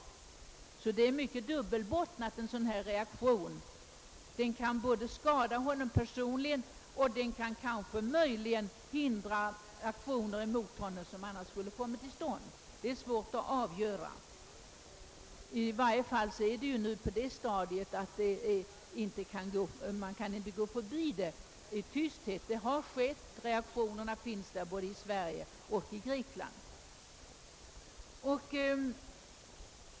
Reaktionen kan alltså få två olika slags konsekvenser: å ena sidan kan den skada honom personligen, å andra sidan kan den möjligen hindra aktioner mot honom som annars skulle ha genomförts. Det är i varje fall på detta stadium svårt att avgöra hur det blir. Men saken kan inte förbigås i tysthet. Vad som skett har skett, och reaktionerna förekommer både i Sverige och i Grekland.